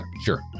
Sure